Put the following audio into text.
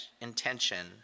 intention